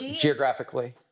geographically